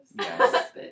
Yes